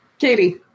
Katie